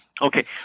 Okay